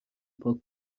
پاک